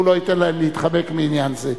שהוא לא ייתן להם להתחמק מעניין זה.